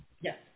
yes